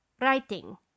Writing